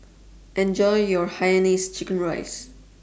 Enjoy your Hainanese Chicken Rice